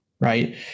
right